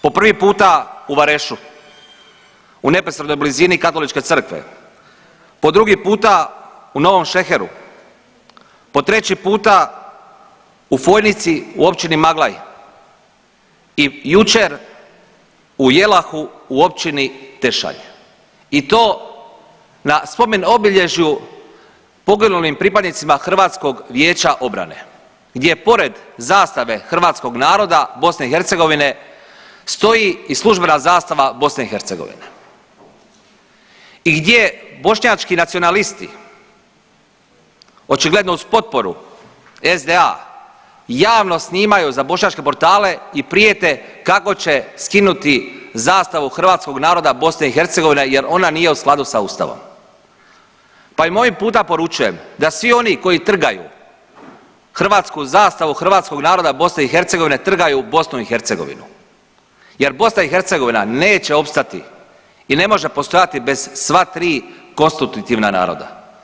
Po prvi puta u Varešu, u neposrednoj blizini katoličke crkve, po drugi puta u Novom Šeheru, po treći puta u Fojnici, u općini Maglaj i jučer u Jelahu u općini Tešanj i to na spomen obilježju poginulim pripadnicima Hrvatskog vijeća obrane gdje je pored zastave hrvatskog naroda BiH stoji i službena zastava BiH i gdje bošnjački nacionalisti očigledno uz potporu SDA javno snimaju za bošnjačke portale i prijete kako će skinuti zastavu hrvatskog naroda BiH jer ona nije u skladu sa Ustavom pa im ovim puta poručujem da svi oni koji trgaju hrvatsku zastavu hrvatskog naroda BiH, trgaju BiH jer BiH neće opstati i ne može postojati bez sva 3 konstitutivna naroda.